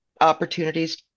opportunities